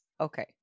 okay